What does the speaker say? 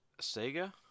Sega